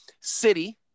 city